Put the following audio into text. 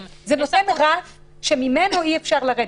זה לא אוטומטי, זה רק רף שמתחתיו אי אפשר לרדת.